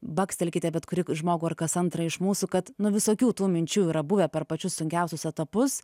bakstelkite bet kurį žmogų ar kas antrą iš mūsų kad nu visokių tų minčių yra buvę per pačius sunkiausius etapus